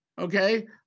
Okay